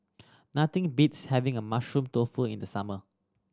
nothing beats having a Mushroom Tofu in the summer